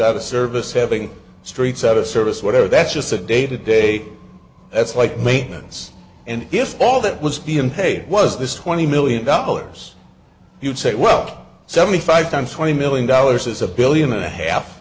out of service having streets out of service whatever that's just a day to day that's like maintenance and if all that was even paid was this twenty million dollars you'd say well seventy five times twenty million dollars is a billion and a half